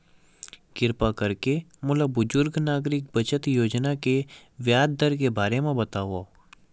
किरपा करके मोला बुजुर्ग नागरिक बचत योजना के ब्याज दर के बारे मा बतावव